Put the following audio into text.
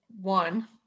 One